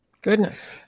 Goodness